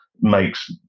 makes